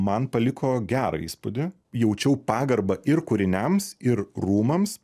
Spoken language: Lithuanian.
man paliko gerą įspūdį jaučiau pagarbą ir kūriniams ir rūmams